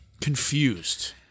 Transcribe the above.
confused